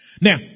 Now